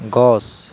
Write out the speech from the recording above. গছ